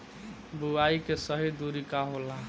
बुआई के सही दूरी का होला?